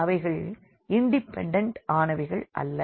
அவைகள் இன்டிபண்டண்ட் ஆனவைகள் அல்ல